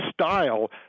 style